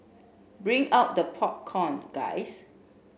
bring out the popcorn guys